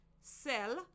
sell